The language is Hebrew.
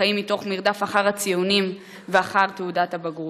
לחיים מתוך מרדף אחר הציונים ואחר תעודת הבגרות.